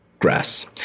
grass